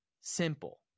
Simple